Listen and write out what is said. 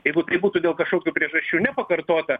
jeigu tai būtų dėl kažkokių priežasčių nepakartota